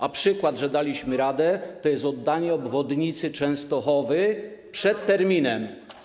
A przykładem tego, że daliśmy radę, jest oddanie obwodnicy Częstochowy przed terminem.